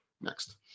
Next